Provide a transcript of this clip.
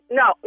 no